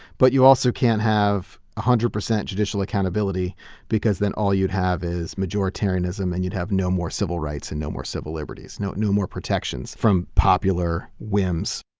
but you also can't have a hundred percent judicial accountability because then all you'd have is majoritarianism. and you'd have no more civil rights and no more civil liberties, no no more protections from popular whims